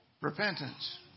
Repentance